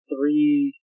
three